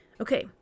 Okay